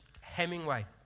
Hemingway